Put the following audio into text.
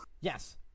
Yes